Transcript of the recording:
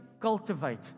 cultivate